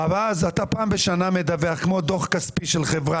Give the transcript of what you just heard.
ואז אתה פעם בשנה מדווח, כמו דוח כספי של חברה.